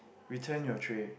return your tray